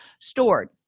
stored